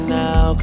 now